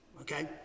Okay